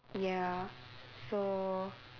ya so